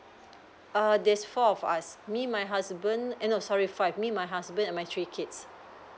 err there's four of us me my husband and no sorry five me my husband and my three kids